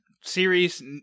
series